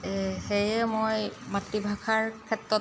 সেয়ে মই মাতৃভাষাৰ ক্ষেত্ৰত